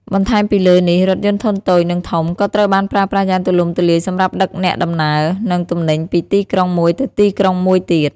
បន្ថែមពីលើនេះ រថយន្តធុនតូច និងធំ ក៏ត្រូវបានប្រើប្រាស់យ៉ាងទូលំទូលាយសម្រាប់ដឹកអ្នកដំណើរ និងទំនិញពីទីក្រុងមួយទៅទីក្រុងមួយទៀត។